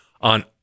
on